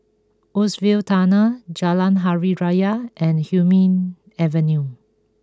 Woodsville Tunnel Jalan Hari Raya and Hume Avenue